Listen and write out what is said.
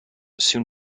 soon